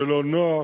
זה לא נוח,